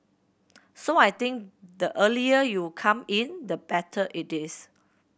so I think the earlier you come in the better it is